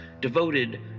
devoted